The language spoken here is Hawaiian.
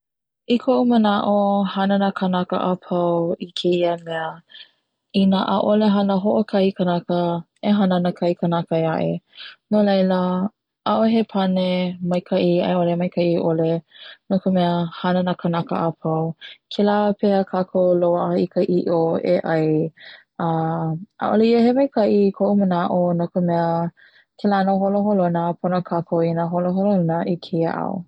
I ko'u mana'o hana na kanaka a pau i keia mea ina 'a'ole hana ho'okahi kanaka e hana ana na kanaka 'e a'e no laila 'a'ohe pane maika'i 'ai'ole maika'i 'ole no ka mea hana na kanaka apau kela pehea kakou loa'a i ka i'o e 'ai a 'a'ole ia he mea maika'i ko'u mana'o no ka mea kela na holoholona pono kakou i na holoholona i keia ao.